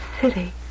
city